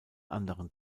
anderen